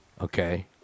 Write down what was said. okay